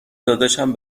داداشم